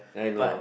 I know